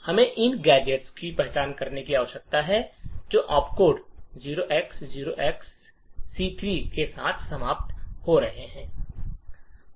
हमें उन गैजेट्स की पहचान करने की आवश्यकता है जो ऑप्ट कोड 0x0XC3 के साथ समाप्त हो रहे हैं